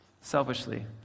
Selfishly